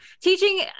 teaching